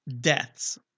deaths